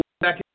back